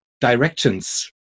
directions